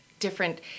different